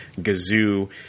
Gazoo